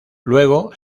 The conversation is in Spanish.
luego